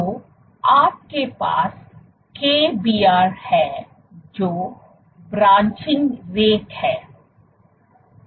तो आपके पास Kbr है जो ब्रांचिंग रेट है